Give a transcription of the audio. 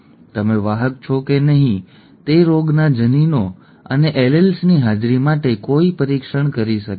તમે વાહક છો કે નહીં તે રોગના જનીનો અને એલીલ્સની હાજરી માટે કોઈ પરીક્ષણ કરી શકે છે